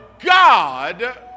God